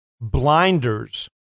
blinders